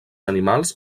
animals